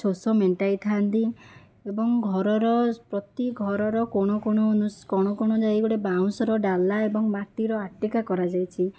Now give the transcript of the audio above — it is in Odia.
ଶୋଷ ମେଣ୍ଟାଇଥାନ୍ତି ଏବଂ ଘରର ପ୍ରତି ଘରର କୋଣ କୋଣ କୋଣ କୋଣ ଯାଇ ଗୋଟିଏ ବାଉଁଶର ଡାଲା ଏବଂ ମାଟିର ଆଟିକା କରାଯାଇଛି